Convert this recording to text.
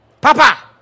Papa